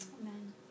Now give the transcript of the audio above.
amen